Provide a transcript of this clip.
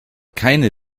keine